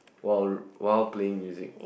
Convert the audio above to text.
while while playing music